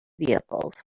vehicles